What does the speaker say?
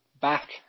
back